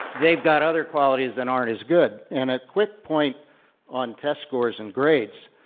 they've got other qualities that aren't as good. and a quick point on test scores and grades,